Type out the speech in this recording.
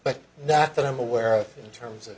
but not that i'm aware of in terms of